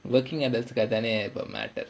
working address தானே இப்ப:thanae ippa matter